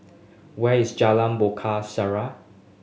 where is Jalan